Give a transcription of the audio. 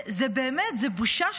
באמת, זאת בושה.